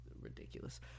ridiculous